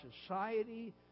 society